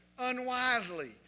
unwisely